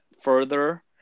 further